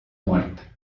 muerte